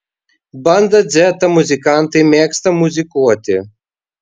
banda dzeta muzikantai mėgsta muzikuoti